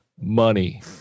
Money